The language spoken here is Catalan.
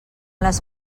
les